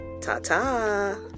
Ta-ta